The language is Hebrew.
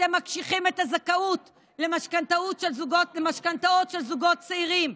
אתם מקשיחים את הזכאות למשכנתאות של זוגות צעירים,